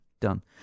Done